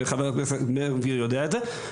וחבר הכנסת בן גביר יודע את זה,